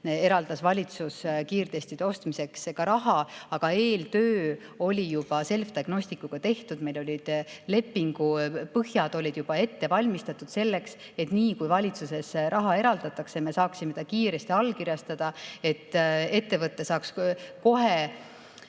eraldas valitsus kiirtestide ostmiseks ka raha. Aga eeltöö oli juba Selfdiagnosticsiga tehtud, meil olid lepingu põhjad juba ette valmistatud, et nii kui valitsuses raha eraldatakse, me saaksime selle kiiresti allkirjastada ja ettevõte saaks kohe